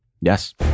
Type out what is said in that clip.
Yes